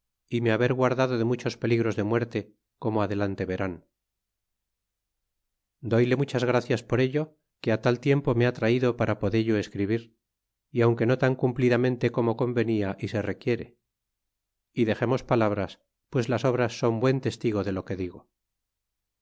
é me haber guardado de muchos peligros de muerte como adelante verán dóyle muchas gracias por ello que á tal tiempo me ha traido para podello escribir é aunque no tan cumplidamente como convenia y se requiere y dexemos palabras pues las obras son buen testigo de lo que digo